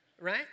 right